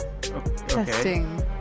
Testing